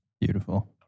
Beautiful